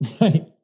Right